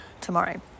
tomorrow